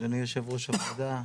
אדוני יו"ר הוועדה,